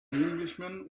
englishman